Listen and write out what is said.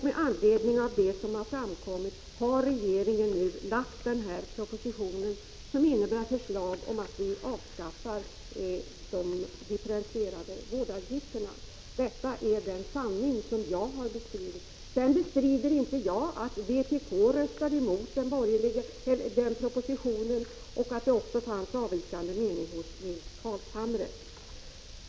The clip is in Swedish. Med anledning av vad som framkommit har regeringen nu förelagt riksdagen denna proposition, som innehåller förslag om att vi avskaffar de differentierade vårdavgifterna. Detta är sanningen. Jag bestrider inte att vpk röstade mot den borgerliga propositionen och att även Nils Carlshamre hade en avvikande mening.